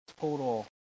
total